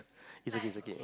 it's okay it's okay